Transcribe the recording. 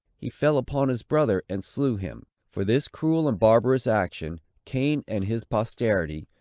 he fell upon his brother and slew him. for this cruel and barbarous action, cain and his posterity,